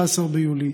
19 ביולי,